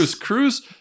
Cruz